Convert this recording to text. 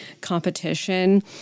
competition